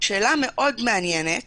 שאלה מאוד מעניינת